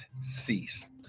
cease